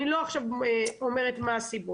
אני לא אומרת עכשיו מה הסיבות.